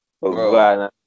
Bro